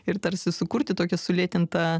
ir tarsi sukurti tokią sulėtintą